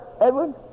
Edward